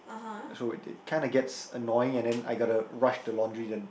so it it kinda gets annoying and then I gotta rush the laundry then